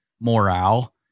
morale